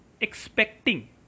expecting